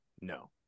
No